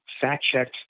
fact-checked